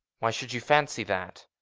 why should you fancy that?